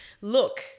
look